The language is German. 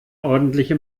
ordentliche